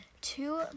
two